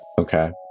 Okay